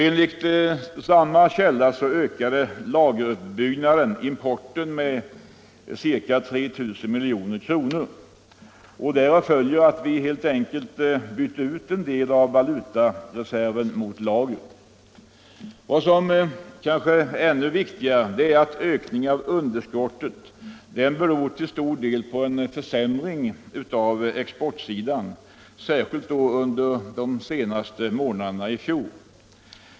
Enligt samma källa ökade lageruppbyggnaden importen med ca 3 000 milj.kr. Vi bytte alltså ut en del av valutareserven mot lager. Viktigare är emellertid att ökningen av underskottet till stor del beror på en försämring på exportsidan, särskilt under fjolårets sista månader.